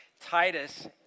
Titus